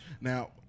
Now